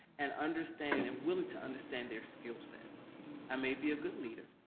and understanding and willing to understand their skillset. i may be a good leader,